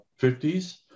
50s